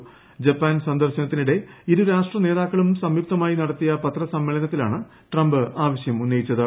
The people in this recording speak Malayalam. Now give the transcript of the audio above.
ൃജ്പ്പൂർ് സന്ദർശനത്തിനിടെ ഇരു രാഷ്ട്ര നേതാക്കളും സംയുക്തമായി നടത്തിയ പത്രസമ്മേളനത്തിലാണ് ട്രംപ് ആവൃശ്യം ഉന്നയിച്ചത്